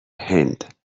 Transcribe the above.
هند